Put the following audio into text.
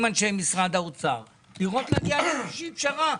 עם אנשי משרד האוצר ולנסות להגיע לאיזו פשרה.